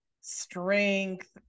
strength